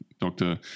Dr